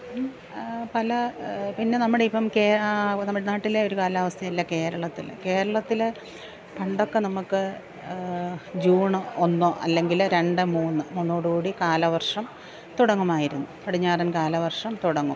ആ പല പിന്നെ നമ്മുടെയിപ്പം ആ തമിഴ്നാട്ടിലെ ഒരു കാലാവസ്ഥയല്ല കേരളത്തിൽ കേരളത്തിൽ പണ്ടൊക്കെ നമുക്ക് ജൂൺ ഒന്നോ അല്ലെങ്കിൽ രണ്ടു മൂന്ന് മൂന്നോട് കൂടി കാലവര്ഷം തുടങ്ങുമായിരുന്നു പടിഞ്ഞാറന് കാലവര്ഷം തുടങ്ങും